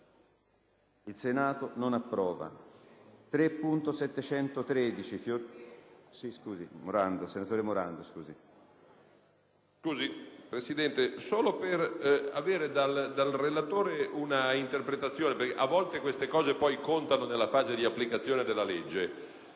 **Il Senato non approva.**